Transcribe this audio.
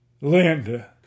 Linda